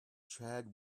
chad